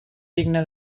digne